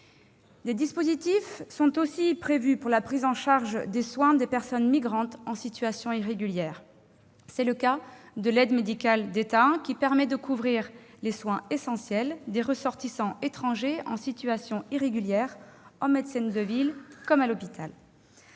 Des dispositifs sont aussi prévus pour la prise en charge des soins des personnes migrantes en situation irrégulière. C'est le cas de l'aide médicale de l'État, l'AME, qui permet de couvrir les soins essentiels des ressortissants étrangers en situation irrégulière, en médecine de ville comme à l'hôpital.